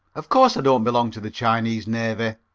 of course i don't belong to the chinese navy.